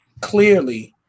clearly